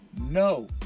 No